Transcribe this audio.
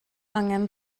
angen